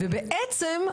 ובעצם,